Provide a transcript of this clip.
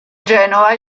genova